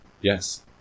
Yes